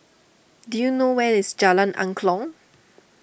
do you know where is Jalan Angklong